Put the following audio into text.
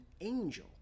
angel